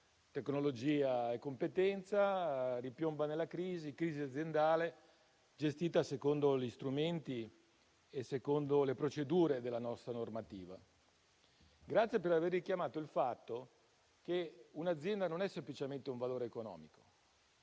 per cui l'azienda è ripiombata nella crisi, che è stata gestita secondo gli strumenti e secondo le procedure della nostra normativa. Grazie per aver richiamato il fatto che un'azienda non è semplicemente un valore economico;